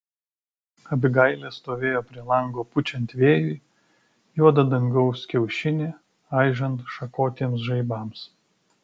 abigailė stovėjo prie lango pučiant vėjui juodą dangaus kiaušinį aižant šakotiems žaibams